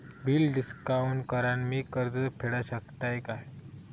Bill discount करान मी कर्ज फेडा शकताय काय?